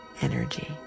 energy